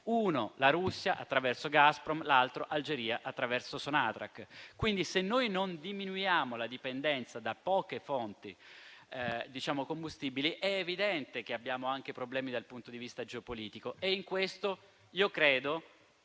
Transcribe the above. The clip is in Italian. la Russia attraverso Gazprom e l'Algeria attraverso Sonatrach. Se non diminuiamo la dipendenza da poche fonti combustibili, è evidente che abbiamo anche problemi dal punto di vista geopolitico. Anche